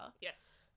Yes